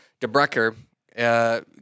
Debrecker